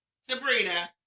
Sabrina